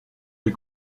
des